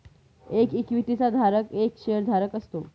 एक इक्विटी चा धारक एक शेअर धारक असतो